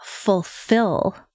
fulfill